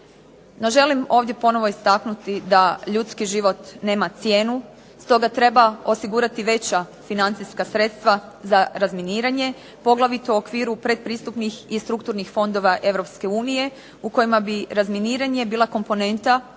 želim ovdje ponovno istaknuti da ljudski život nema cijenu, stoga treba osigurati veća financijska sredstva za razminiranje, poglavito u okviru pretpristupnih i strukturnih fondova Europske unije u kojima bi razminiranje bila komponenta